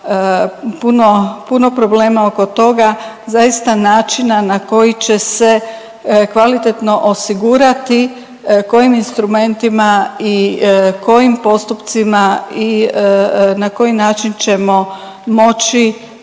puno problema oko toga zaista načina na koji će se kvalitetno osigurati kojim instrumentima i kojim postupcima i na koji način ćemo moći